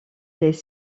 les